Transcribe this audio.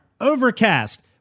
Overcast